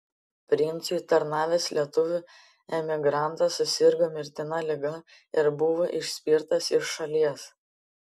princui tarnavęs lietuvių emigrantas susirgo mirtina liga ir buvo išspirtas iš šalies